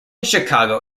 chicago